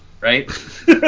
right